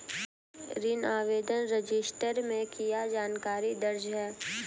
ऋण आवेदन रजिस्टर में क्या जानकारी दर्ज है?